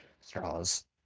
Straws